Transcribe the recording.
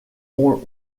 ont